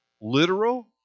literal